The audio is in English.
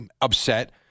upset